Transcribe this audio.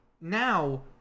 now